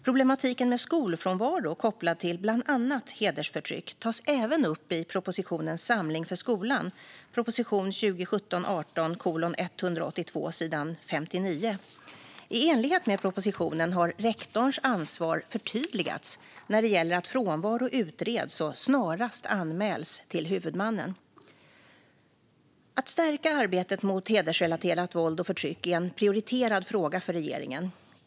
Problematiken med skolfrånvaro kopplad till bland annat hedersförtryck tas även upp i propositionen Samling för skolan . I enlighet med propositionen har rektorns ansvar förtydligats när det gäller att frånvaro utreds och snarast anmäls till huvudmannen. Att stärka arbetet mot hedersrelaterat våld och förtryck är en prioriterad fråga för regeringen.